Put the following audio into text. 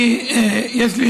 יש לי